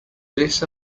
this